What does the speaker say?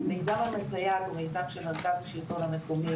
מיזם המסייעת הוא מיזם של אגף השלטון המקומי,